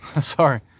Sorry